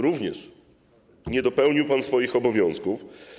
Również nie dopełnił pan swoich obowiązków.